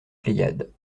pléiades